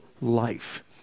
life